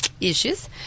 issues